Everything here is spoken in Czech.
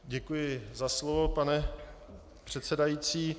Děkuji za slovo, pane předsedající.